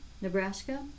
Nebraska